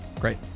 Great